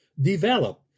develop